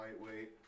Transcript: lightweight